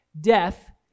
Death